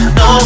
no